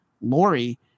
Lori